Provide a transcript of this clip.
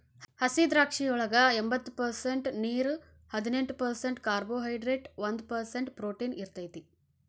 ಹಸಿದ್ರಾಕ್ಷಿಯೊಳಗ ಎಂಬತ್ತೊಂದ ಪರ್ಸೆಂಟ್ ನೇರು, ಹದಿನೆಂಟ್ ಪರ್ಸೆಂಟ್ ಕಾರ್ಬೋಹೈಡ್ರೇಟ್ ಒಂದ್ ಪರ್ಸೆಂಟ್ ಪ್ರೊಟೇನ್ ಇರತೇತಿ